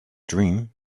dream